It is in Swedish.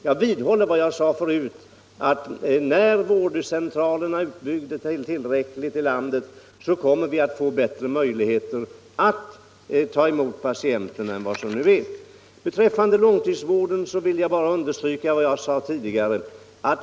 Jag vidhåller vad jag sade förut, att när vårdcentralerna är utbyggda tillräckligt i landet kommer vi att få bättre möjligheter att ta emot patienterna än vad som nu är fallet. Beträffande långtidsvården vill jag bara understryka vad jag sade tidigare.